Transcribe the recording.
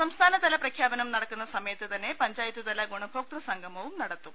സംസ്ഥാനതല പ്രഖ്യാപനം നടക്കുന്ന സമയത്തുതന്നെ പഞ്ചായ ത്തുതല ഗുണഭോക്തൃ സംഗമവും നടത്തും